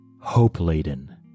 hope-laden